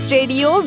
Radio